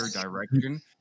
direction